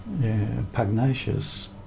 pugnacious